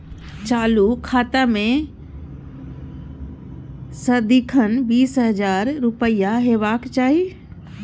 चालु खाता मे सदिखन बीस हजार रुपैया हेबाक चाही